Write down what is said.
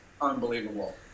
unbelievable